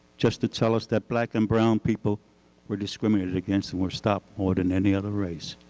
just to tell us that black and brown people were discriminated against and were stopped more than any other race.